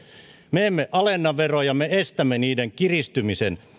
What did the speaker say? me emme alenna veroja me estämme niiden kiristymisen